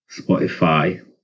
spotify